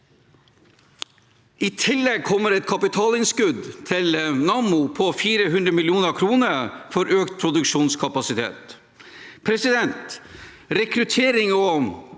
I tillegg kommer et kapitalinnskudd til Nammo på 400 mill. kr for økt produksjonskapasitet.